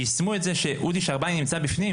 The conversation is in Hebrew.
יישמו את זה שאודי שרבני נמצא בפנים